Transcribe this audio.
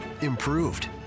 Improved